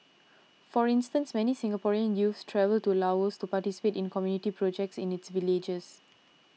for instance many Singaporean youths travel to Laos to participate in community projects in its villages